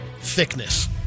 thickness